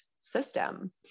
system